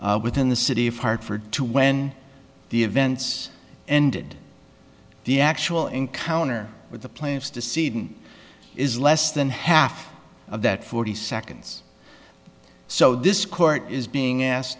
work within the city of hartford to when the events ended the actual encounter with the plants the seed in is less than half of that forty seconds so this court is being asked